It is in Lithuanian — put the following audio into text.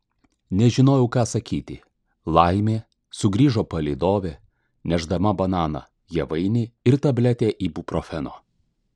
nežinojau ką sakyti laimė sugrįžo palydovė nešdama bananą javainį ir tabletę ibuprofeno